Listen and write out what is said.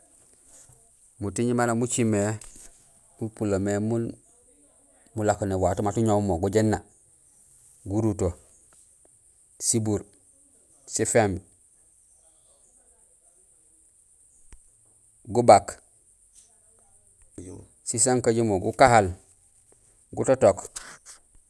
Muting maan nak muciil mé, mupulo mé min ulako néwato mat uñoow mo gujééna: guruto, sibuur, siféémb, gabak, sisankajumo, gukahal, gutotok.